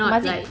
ah ma~ zic~